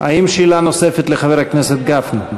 האם יש שאלה נוספת לחבר הכנסת גפני?